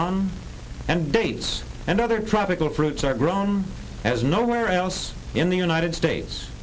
and dates and other tropical fruits are grown as nowhere else in the united states